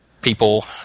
people